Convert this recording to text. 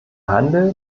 handel